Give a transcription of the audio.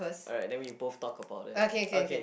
alright then we both talk about it okay